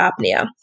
apnea